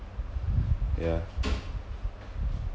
yeah